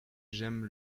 j’aime